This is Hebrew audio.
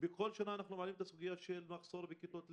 כל שנה אנחנו מעלים את הסוגיה של מחסור בכיתות לימוד.